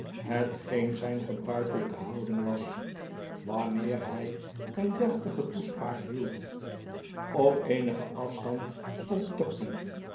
zijn gebruikelijke houding was wanneer hij een deftige toespraak hield op eenigen afstand stond